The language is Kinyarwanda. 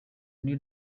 new